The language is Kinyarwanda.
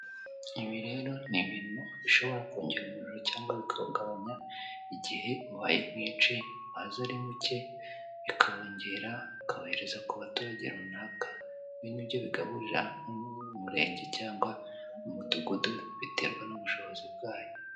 Ibi rero ni ibintu bishobora kongera umuriro cyangwa bikawugabanya, igihe ubaye mwinshi. Waza ari mucye, bikawongera bikawohereza ku baturage runaka. Ibi ni byo bigaburira umurenge cyangwa umudugudu biterwa n'ubushobozi bwayo.